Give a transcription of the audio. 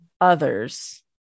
others